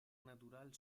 natural